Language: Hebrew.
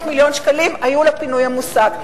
500 מיליון שקלים היו לפינוי המוסק,